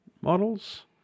models